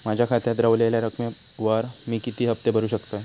माझ्या खात्यात रव्हलेल्या रकमेवर मी किती हफ्ते भरू शकतय?